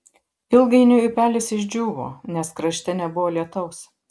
ilgainiui upelis išdžiūvo nes krašte nebuvo lietaus